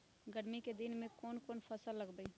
गर्मी के दिन में कौन कौन फसल लगबई?